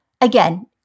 again